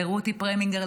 לרוני פרמינגר,